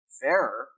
fairer